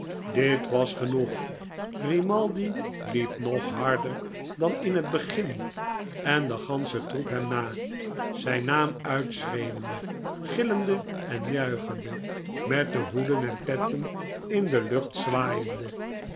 dit was genoeg grimaldi hep nog harder dan in het begin en de gansche troep hem na zijn naam uitschreeuwende gillende en juichende met de hoeden en petten in de lucht zwaaiende